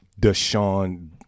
Deshaun